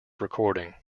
recording